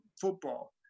football